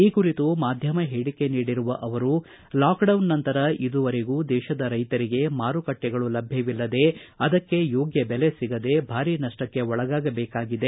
ಈ ಕುರಿತು ಮಾಧ್ಯಮ ಹೇಳಿಕೆ ನೀಡಿರುವ ಅವರು ಲಾಕ್ ಡೌನ್ ನಂತರ ಇದುವರೆಗೂ ದೇಶದ ರೈತರಿಗೆ ಮಾರುಕಟ್ಟಿಗಳು ಲಭ್ಯವಿಲ್ಲದೆ ಅದಕ್ಕೆ ಯೋಗ್ಯ ಬೆಲೆ ಸಿಗದೆ ಭಾರೀ ನಷ್ಟಕ್ಕೆ ಒಳಗಾಗಬೇಕಾಗಿದೆ